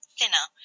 thinner